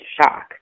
shock